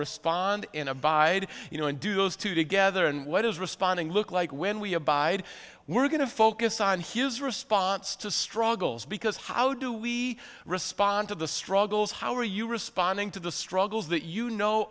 respond in abide you know and do those two together and what does responding look like when we abide we're going to focus on his response to struggles because how do we respond to the struggles how are you responding to the struggles that you know